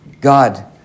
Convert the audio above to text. God